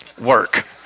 work